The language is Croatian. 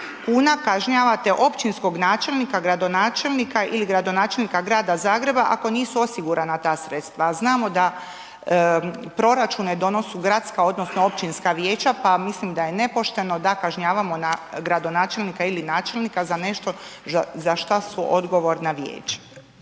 kuna kažnjavate općinskog načelnika, gradonačelnika ili gradonačelnika grada Zagreba ako nisu osigurana ta sredstva a znamo da proračune donose gradska odnosno općinska vijeća pa mislim da je nepošteno da kažnjavamo gradonačelnika ili načelnika za nešto za šta su odgovorna vijeća.